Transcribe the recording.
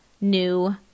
new